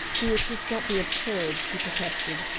beatrice, don't be absurd, he protested.